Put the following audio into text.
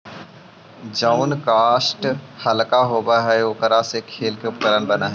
जउन काष्ठ हल्का होव हई, ओकरा से खेल के उपकरण बनऽ हई